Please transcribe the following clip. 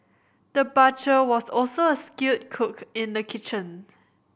the butcher was also a skilled cook in the kitchen